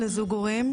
הורים,